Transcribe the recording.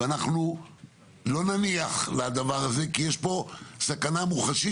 ואנחנו לא נניח לדבר הזה כי יש פה סכנה מוחשית